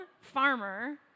farmer